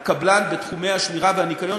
הקבלן בתחומי השמירה והניקיון,